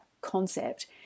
concept